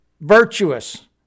virtuous